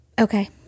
okay